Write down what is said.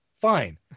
Fine